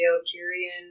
Algerian